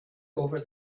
over